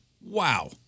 wow